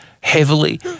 heavily